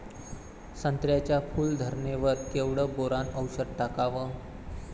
संत्र्याच्या फूल धरणे वर केवढं बोरोंन औषध टाकावं?